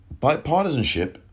bipartisanship